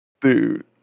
Dude